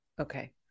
Okay